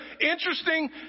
interesting